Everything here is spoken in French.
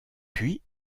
puis